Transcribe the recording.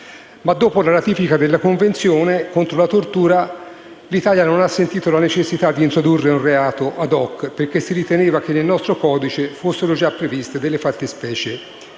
dopo la ratifica della Convenzione contro la tortura, l'Italia non ha sentito la necessità di introdurre un reato *ad hoc*, perché si riteneva che nel nostro codice fossero già previste delle fattispecie